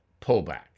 pullback